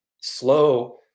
slow